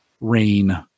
rain